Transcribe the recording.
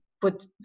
put